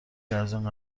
ازاین